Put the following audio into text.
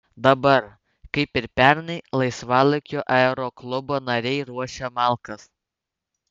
dabar kaip ir pernai laisvalaikiu aeroklubo nariai ruošia malkas